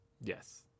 Yes